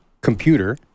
computer